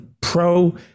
pro